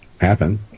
happen